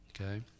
okay